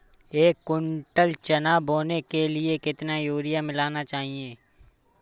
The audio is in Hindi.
एक कुंटल चना बोने के लिए कितना यूरिया मिलाना चाहिये?